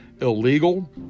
illegal